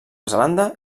zelanda